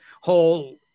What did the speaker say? whole